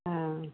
हँ